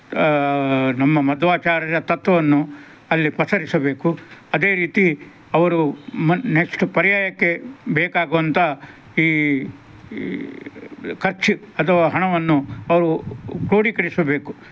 ನಮ್ಮ ಮಧ್ವಾಚಾರ್ಯಯರ ತತ್ವವನ್ನು ಅಲ್ಲಿ ಪಸರಿಸಬೇಕು ಅದೇ ರೀತಿ ಅವರು ಮ ನೆಕ್ಸ್ಟ್ ಪರ್ಯಾಯಕ್ಕೆ ಬೇಕಾಗುವಂಥ ಈ ಖರ್ಚು ಅಥವಾ ಹಣವನ್ನು ಅವರು ಕ್ರೋಢೀಕರಿಸಬೇಕು